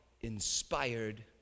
inspired